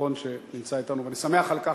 שמחון שנמצא אתנו ואני שמח על כך.